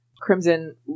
Crimson